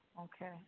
Okay